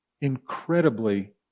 incredibly